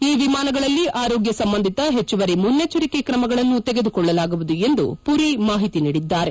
ಈ ವಿಮಾನಗಳಲ್ಲಿ ಆರೋಗ್ಯ ಸಂಬಂಧಿತ ಪೆಚ್ಚುವರಿ ಮುನ್ನೆಚ್ಚರಿಕೆ ಕ್ರಮಗಳನ್ನು ತೆಗೆದುಕೊಳ್ಳಲಾಗುವುದು ಎಂದು ಪುರಿ ಮಾಹಿತಿ ನೀಡಿದ್ದಾರೆ